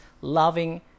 loving